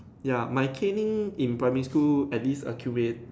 ya my caning in primary school at least accumul~